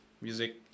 Music